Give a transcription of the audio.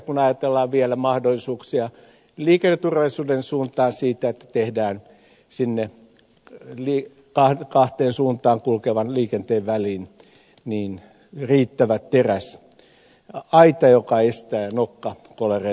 on ajateltava myös mahdollisuuksia liikenneturvallisuuden suuntaan niin että tehdään sinne kahteen suuntaan kulkevan liikenteen väliin riittävä teräsaita joka estää nokkakolareiden syntymisen